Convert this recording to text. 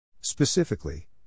Specifically